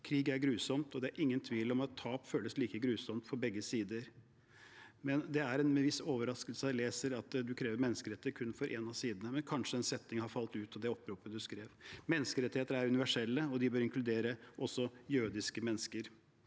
Krig er grusomt og det er ingen tvil om at tap føles like grusomt for begge sider. Men det er med en viss overraskelse jeg leser at du krever menneskerettigheter kun for en av sidene. Men kanskje den setningen falt ut da du skrev oppropet? Menneskerettigheter er universelle og de bør og inkludere jødiske mennesker.